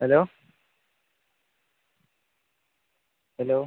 hello hello